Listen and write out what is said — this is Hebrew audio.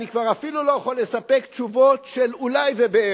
אני כבר אפילו לא יכול לספק תשובות של "אולי" ו"בערך".